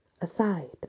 aside